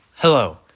Hello